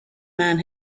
man